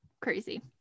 Crazy